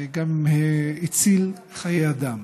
גם הציל חיי אדם.